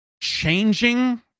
changing